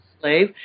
slave